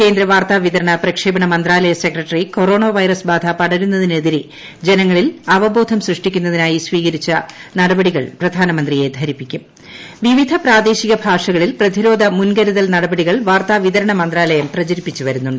കേന്ദ്ര വാർത്താ വിതരണ പ്രക്ഷേപണ മന്ത്രാലയ സെക്രട്ടറി കൊറോണ വൈറസ് ബാധ പടരുന്നതിനെതിരെ ജനങ്ങളിൽ അവബോധം സൃഷ്ടിക്കുന്നതിനായി സ്വീകരിച്ച നടപടികൾ പ്രധാനമന്ത്രിയെ ധരിപ്പിക്കൂട്ടു പ്രവിവിധ പ്രാദേശിക ഭാഷകളിൽ പ്രതിരോധ മുൻകരുതിൽ നടപടികൾ വാർത്താ വിതരണ മന്ത്രാലയം പ്രചരിപ്പിച്ചു് വർുന്നുണ്ട്